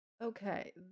Okay